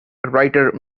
writer